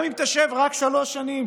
גם אם תשב רק שלוש שנים